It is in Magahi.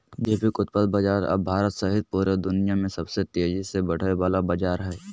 जैविक उत्पाद बाजार अब भारत सहित पूरा दुनिया में सबसे तेजी से बढ़े वला बाजार हइ